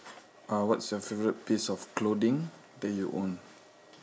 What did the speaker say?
uh what's your favourite piece of clothing that you own